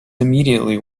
immediately